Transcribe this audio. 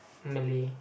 Malay